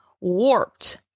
warped